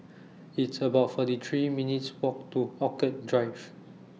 It's about forty three minutes' Walk to Orchid Drive